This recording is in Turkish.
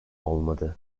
olmadı